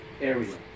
area